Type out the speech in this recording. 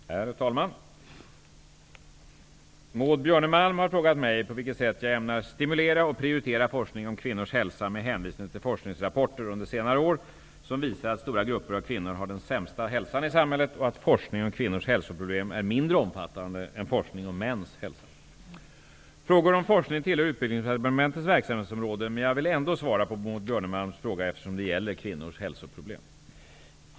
Herr talman! Maud Björnemalm har frågat mig på vilket sätt jag ämnar stimulera och prioritera forskning om kvinnors hälsa med hänvisning till forskningsrapporter under senare år, som visar att stora grupper av kvinnor har den sämsta hälsan i samhället och att forskning om kvinnors hälsoproblem är mindre omfattande än forskning om mäns hälsa. Utbildningsdepartementets verksamhetsområde, men jag vill ändå svara på Maud Björnemalms fråga eftersom den gäller kvinnors hälsoproblem.